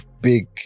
big